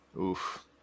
Oof